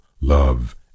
love